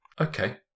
Okay